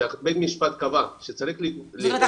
שבית משפט קבע שצריך --- זאת אומרת,